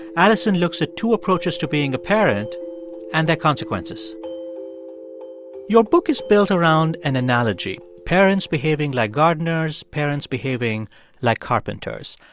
alison looks at two approaches to being a parent and their consequences your book is built around an analogy parents behaving like gardeners, parents behaving like carpenters.